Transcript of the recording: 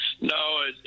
No